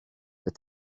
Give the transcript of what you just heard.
that